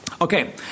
Okay